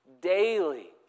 daily